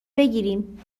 بگیریم